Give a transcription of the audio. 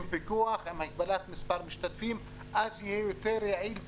פיקוח ועם הגבלת מספר משתתפים זה יהיה יעיל יותר